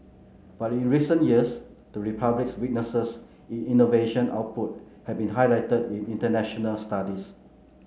but in recent years the Republic's weaknesses in innovation output have been highlighted in international studies